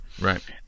Right